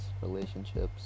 relationships